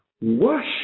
Wash